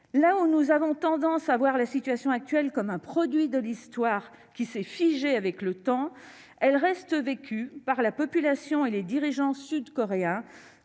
que nous avons tendance à voir la situation actuelle comme un produit de l'histoire qui se serait figé avec le temps, cette situation reste vécue par la population et les dirigeants sud-coréens